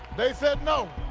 they said, no.